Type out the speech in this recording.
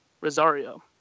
Rosario